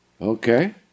Okay